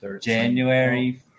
January